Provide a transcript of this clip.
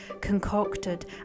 concocted